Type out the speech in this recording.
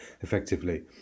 effectively